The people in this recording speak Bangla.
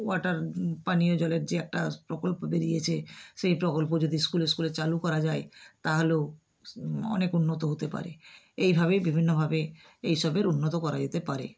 ওয়াটার পানীয় জলের যে একটা প্রকল্প বেরিয়েছে সেই প্রকল্প যদি স্কুলে স্কুলে চালু করা যায় তাহলেও অনেক উন্নত হতে পারে এইভাবেই বিভিন্নভাবে এইসবের উন্নত করা যেতে পারে